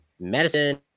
medicine